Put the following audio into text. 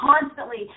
constantly